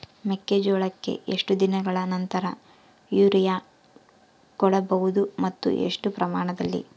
ಮೆಕ್ಕೆಜೋಳಕ್ಕೆ ಎಷ್ಟು ದಿನಗಳ ನಂತರ ಯೂರಿಯಾ ಕೊಡಬಹುದು ಮತ್ತು ಎಷ್ಟು ಪ್ರಮಾಣದಲ್ಲಿ?